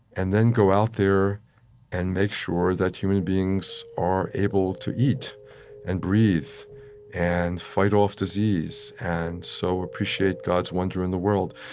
and then, go out there and make sure that human beings are able to eat and breathe and fight off disease and so appreciate god's wonder in the world.